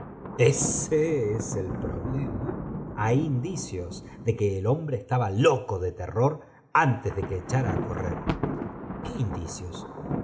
ese e el problema hay indicios de que el hombre estaba loco de terror tes de que ociara á qué indicios